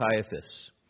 Caiaphas